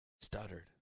stuttered